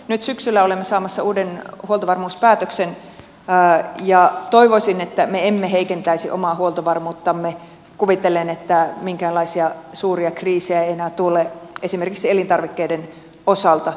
nyt syksyllä olemme saamassa uuden huoltovarmuuspäätöksen ja toivoisin että me emme heikentäisi omaa huoltovarmuuttamme kuvitellen että minkäänlaisia suuria kriisejä ei enää tule esimerkiksi elintarvikkeiden osalta